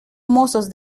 mozos